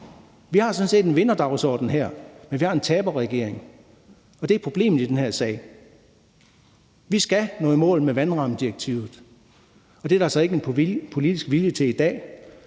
Vi har sådan set en vinderdagsorden her, men vi har en taberregering, og det er problemet i den her sag. Vi skal nå i mål med vandrammedirektivet, og det er der så ikke en politisk vilje til i dag.